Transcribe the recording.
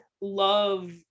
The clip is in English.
love